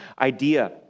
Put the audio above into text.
idea